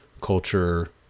culture